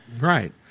right